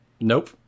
nope